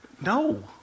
No